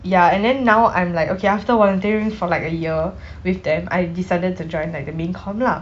ya and then now I'm like okay after volunteering for like a year with them I decided to join like main comm lah